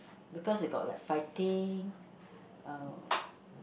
because it got like fighting uh